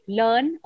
learn